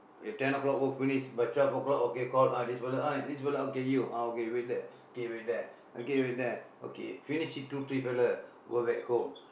ten o-clock work finish by twelve o-clock okay call ah this fella ah this fella ah okay you ah okay wait there K wait there okay wait there okay finish it two three fella go back home